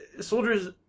soldiers